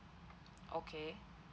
okay